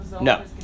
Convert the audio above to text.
No